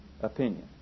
opinion